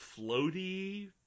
floaty